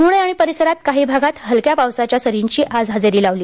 पुणे आणि परिसरांत काही भागांत हलक्या पावसाच्या सरींनी आज हजेरी लावली